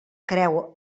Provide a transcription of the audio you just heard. creu